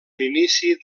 l’inici